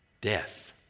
death